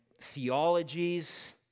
theologies